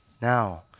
now